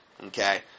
okay